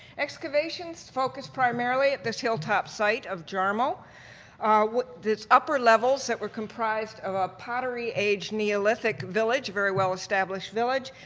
excavations focused primarily at this hilltop site of jarmo with its upper levels that were comprised of a pottery-age neolithic village, very well-established village,